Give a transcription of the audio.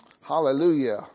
Hallelujah